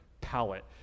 palette